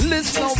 Listen